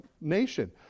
nation